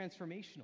transformational